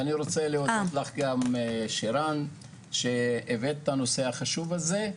ואני רוצה להוסיף לך גם שרן שהבאת את הנושא החשוב הזה,